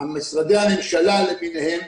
משרדי הממשלה למיניהם